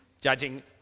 judging